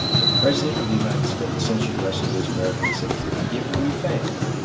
the president of the united states sent you to rescue those american citizens. if we fail,